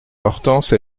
hortense